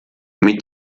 mit